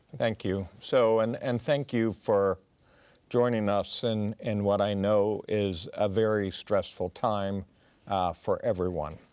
thank you. so and and thank you for joining us and in what i know is a very stressful time for everyone.